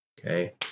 okay